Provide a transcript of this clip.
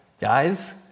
guys